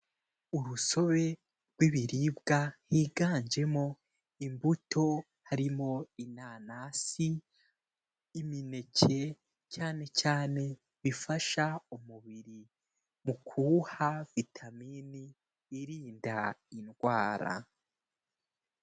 Urusobe rw'ibiribwa higanjemo imbuto, harimo inanasi, imineke, cyane cyane bifasha umubiri mu kuwuha vitamini irinda indwara.